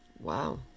Wow